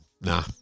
Nah